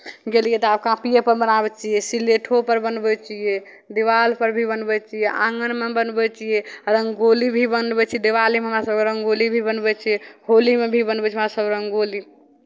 गेलियै तऽ आब कापिएपर बनाबै छियै सिलेटोपर बनबै छियै दिवालपर भी बनबै छियै आङ्गनमे बनबै छियै रङ्गोली भी बनबै छियै दिवालीमे हमरासभ रङ्गोली भी बनबै छियै होलीमे भी बनबै छियै हमरासभ रङ्गोली